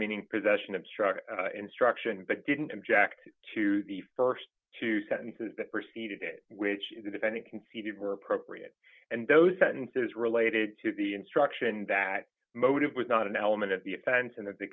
meaning possession obstruct instruction but didn't object to the st two sentences that preceded it which the defendant conceded were appropriate and those sentences related to the instruction that motive was not an element of the offense and that the